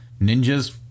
ninjas